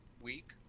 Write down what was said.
week